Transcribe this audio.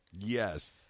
Yes